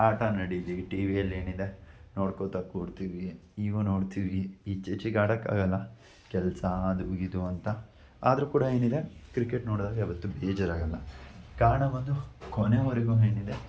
ಆಟ ನಡೀಲಿ ಟಿ ವಿಯಲ್ಲಿ ಏನಿದೆ ನೋಡ್ಕೋತಾ ಕೂರ್ತೀವಿ ಈಗೂ ನೋಡ್ತೀವಿ ಇತ್ತೀಚೆಗೆ ಆಡೋಕ್ಕಾಗಲ್ಲ ಕೆಲಸ ಅದು ಇದು ಅಂತ ಆದರೂ ಕೂಡ ಏನಿದೆ ಕ್ರಿಕೆಟ್ ನೋಡುವಾಗ ಯಾವತ್ತೂ ಬೇಜಾರ್ ಆಗೋಲ್ಲ ಕಾರಣ ಬಂದು ಕೊನೆವರೆಗೂ ಏನಿದೆ